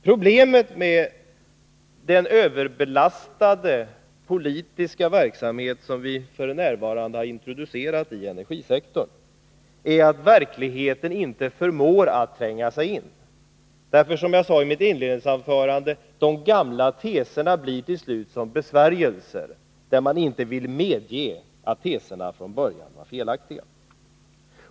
Problemet med den överbelastade politiska verksamhet som vi f. n. har introducerat i energisektorn är att verkligheten inte förmår att tränga sig in, därför att, som jag sade i mitt inledningsanförande, de gamla teserna till slut blir som besvärjelser så att man inte vill medge att teserna från början var felaktiga.